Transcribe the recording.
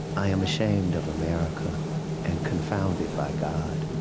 i am ashamed of america and confounded by god.